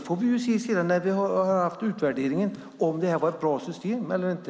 När utvärderingen är klar får vi se om det här var ett bra system eller inte.